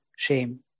Shame